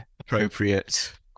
appropriate